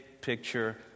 picture